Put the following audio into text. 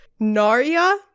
Narya